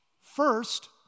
First